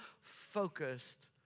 focused